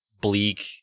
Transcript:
bleak